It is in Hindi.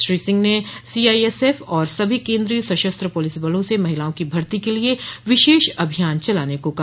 श्री सिंह ने सीआईएसएफ और सभी केन्द्रीय सशस्त्र पुलिस बलों से महिलाओं की भर्ती के लिए विशेष अभियान चलाने को कहा